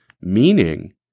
meaning